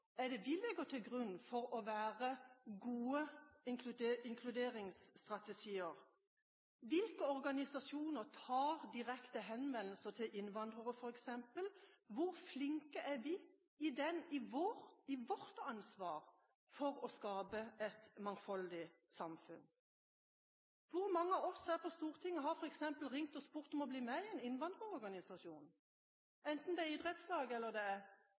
er det vi legger til grunn for gode inkluderingsstrategier? Hvilke organisasjoner henvender seg direkte til innvandrere, f.eks.? Hvor flinke er vi i vårt ansvar for å skape et mangfoldig samfunn? Hvor mange av oss her på Stortinget har f.eks. ringt og spurt om å bli med i en innvandrerorganisasjon – enten det er idrettslag, innen kultur, eller